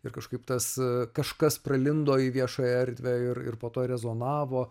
ir kažkaip tas kažkas pralindo į viešąją erdvę ir ir po to rezonavo